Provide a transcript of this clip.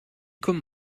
kommt